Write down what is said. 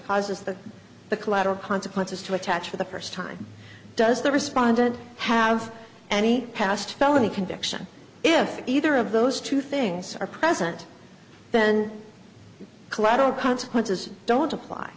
causes the the collateral consequences to attach for the first time does the respondent have any past felony conviction if either of those two things are present then collateral consequences don't apply